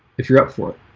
if you're up for it,